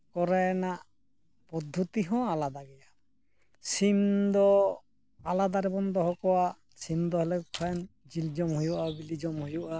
ᱠᱚᱨᱮᱱᱟᱜ ᱯᱚᱫᱽᱫᱷᱚᱛᱤ ᱦᱚᱸ ᱟᱞᱟᱫᱟ ᱜᱮᱭᱟ ᱥᱤᱢ ᱫᱚ ᱟᱞᱟᱫᱟ ᱨᱮᱵᱚᱱ ᱫᱚᱦᱚ ᱠᱚᱣᱟ ᱥᱤᱢ ᱫᱚ ᱫᱚᱦᱚ ᱞᱮᱠᱷᱟᱱ ᱡᱤᱞ ᱡᱚᱢ ᱦᱩᱭᱩᱜᱼᱟ ᱵᱤᱞᱤ ᱡᱚᱢ ᱦᱩᱭᱩᱜᱼᱟ